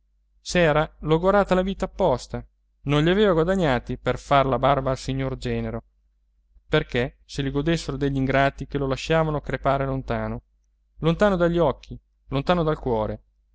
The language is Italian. s'era logorata la vita apposta non li aveva guadagnati per far la barba al signor genero perché se li godessero degli ingrati che lo lasciavano crepare lontano lontano dagli occhi lontan dal cuore